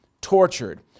tortured